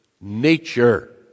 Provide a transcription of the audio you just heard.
nature